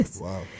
Wow